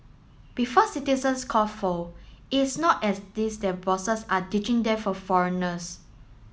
before citizens foul it's not as this their bosses are ditching them for foreigners